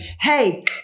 hey